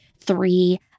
three